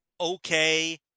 okay